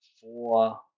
four